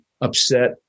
upset